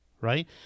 right